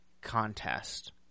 contest